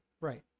Right